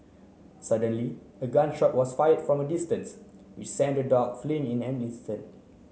suddenly a gun shot was fired from a distance which sent the dog fleeing in an instant